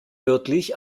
wörtlich